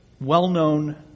well-known